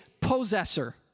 possessor